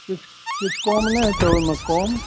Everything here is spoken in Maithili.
किछु किछु कम नहि हेतय ओइमे कम